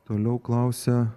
toliau klausė